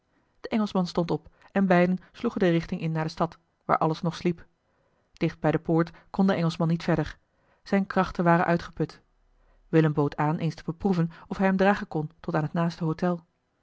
de engelschman stond op en beiden sloegen de richting in naar de stad waar alles nog sliep dicht bij de poort kon de engelschman niet verder zijne krachten waren uitgeput willem bood aan eens te beproeven of hij hem dragen kon tot aan het naaste hôtel